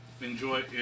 enjoy